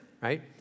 right